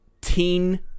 teen